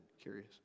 Curious